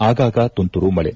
ಆಗಾಗ ತುಂತುರು ಮಳೆ